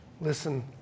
Listen